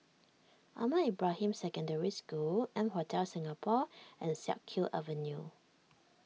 Ahmad Ibrahim Secondary School M Hotel Singapore and Siak Kew Avenue